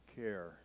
care